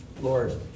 Lord